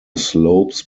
slopes